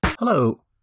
Hello